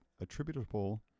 attributable